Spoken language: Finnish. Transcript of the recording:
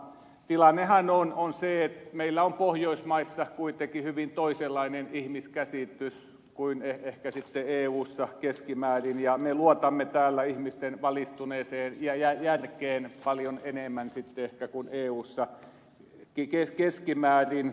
tilannehan on se että meillä on pohjoismaissa kuitenkin hyvin toisenlainen ihmiskäsitys kuin ehkä eussa keskimäärin ja me luotamme täällä ihmisten valistuneeseen järkeen paljon enemmän kuin ehkä eussa keskimäärin